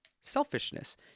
selfishness